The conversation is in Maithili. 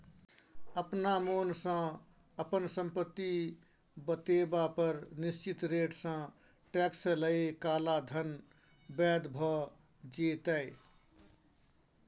अपना मोनसँ अपन संपत्ति बतेबा पर निश्चित रेटसँ टैक्स लए काला धन बैद्य भ जेतै